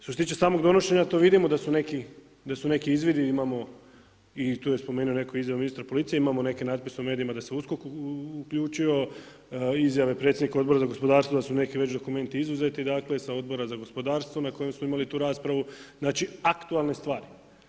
Što se tiče samog donošenja, to vidimo da su neki izvidi, imamo i tu je spomenuo netko izjavu ministra policije, imamo neke natpise u medijima da se USKOK uključio, izjave predsjednika Odbora za gospodarstvo da su neki već dokumenti izuzeti sa Odbora za gospodarstvo na kojem smo imali tu raspravu, znači aktualne stvari.